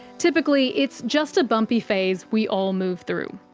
typically, it's just a bumpy phase we all move through.